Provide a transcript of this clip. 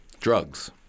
Drugs